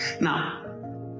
Now